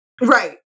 Right